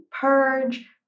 purge